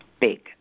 big